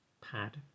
pad